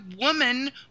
woman